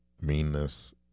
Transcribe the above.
meanness